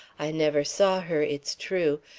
i never saw her, it's true,